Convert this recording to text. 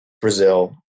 brazil